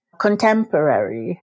contemporary